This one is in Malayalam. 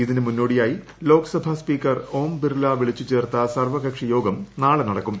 ഇതിന് മുന്നോടിയായി ലോക്സഭാ സ്പീക്കർ ഓം ബിർള വിളിച്ചുചേർത്ത സർവ്വകക്ഷി യോഗം നാളെ നടക്കും